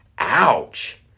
Ouch